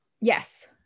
Yes